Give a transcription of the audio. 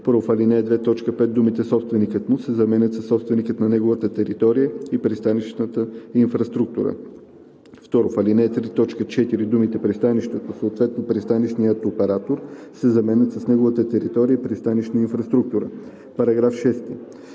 1. В ал. 2, т. 5 думите „собственикът му“ се заменят със „собственикът на неговата територия и пристанищна инфраструктура“. 2. В ал. 3, т. 4 думите „пристанището, съответно пристанищният оператор“ се заменят с „неговата територия и пристанищна инфраструктура“.“ По § 6